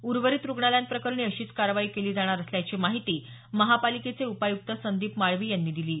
उर्वरित रुग्णालयांप्रकरणी अशीच कारवाई केली जाणार असल्याची माहिती महापालिकेचे उपायुक्त संदीप माळवी यांनी दिली आहे